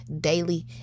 daily